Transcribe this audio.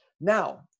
Now